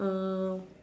um